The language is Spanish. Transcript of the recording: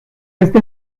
este